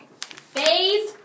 Phase